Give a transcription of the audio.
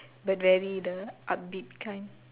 but very the upbeat kind